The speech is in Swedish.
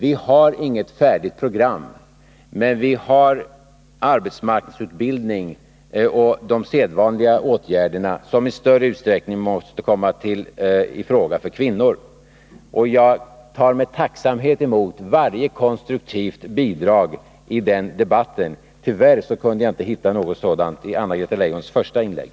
Vi har inget färdigt program, men vi har arbetsmarknadsutbildningen och de sedvanliga arbetsmarknadspolitiska åtgärderna, som i större utsträckning måste komma i fråga för kvinnor. Jag tar med tacksamhet emot varje konstruktivt bidrag i den debatten. Tyvärr kunde jag inte hitta något sådant i Anna-Greta Leijons första inlägg.